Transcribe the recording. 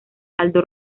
aldo